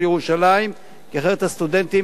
כי אחרת הסטודנטים היו נאלצים,